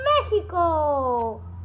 Mexico